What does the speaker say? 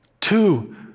Two